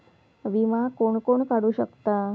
विमा कोण कोण काढू शकता?